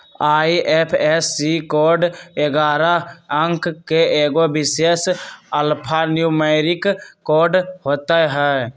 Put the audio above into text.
IFSC code ऐगारह अंक के एगो विशेष अल्फान्यूमैरिक कोड होइत हइ